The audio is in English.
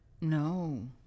No